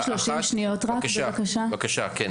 בבקשה, כן.